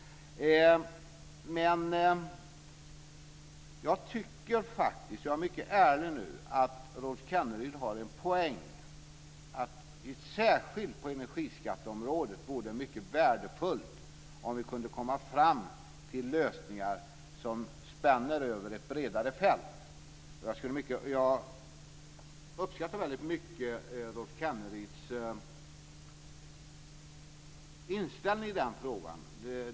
Jag tycker faktiskt, och jag är mycket ärlig nu, att Rolf Kenneryd har en poäng med att det särskilt på energiskatteområdet vore mycket värdefullt om vi kunde komma fram till lösningar som spänner över ett bredare fält. Jag uppskattar väldigt mycket Rolf Kenneryds inställning i den frågan.